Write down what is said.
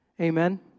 Amen